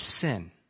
sin